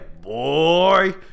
boy